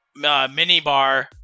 Minibar